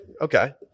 okay